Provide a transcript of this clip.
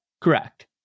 Correct